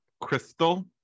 Crystal